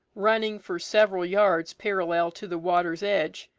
running for several yards parallel to the water's edge,